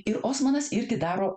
ir osmanas irgi daro